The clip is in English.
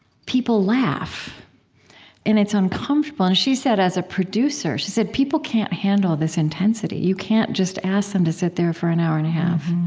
people laugh because and it's uncomfortable. and she said, as a producer, she said, people can't handle this intensity. you can't just ask them to sit there for an hour and a half.